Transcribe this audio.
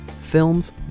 films